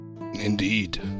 Indeed